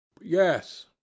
Yes